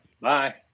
bye